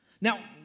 Now